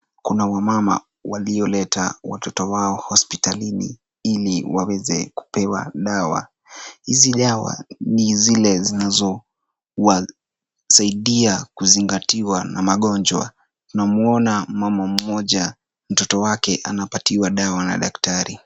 Kuna wamama walioleta watoto wao hospitalini ili waweze kupewa dawa. Hizi dawa ni zile zinazowasaidia kuzingatiwa na magonjwa. Tunamwona mama mmoja, mtoto wake anapatiwa dawa na daktari.